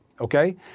okay